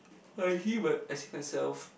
I see my I see myself